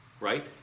right